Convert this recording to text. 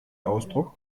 ausdruck